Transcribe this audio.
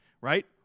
right